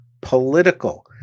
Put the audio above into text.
political